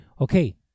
okay